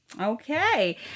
okay